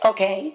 Okay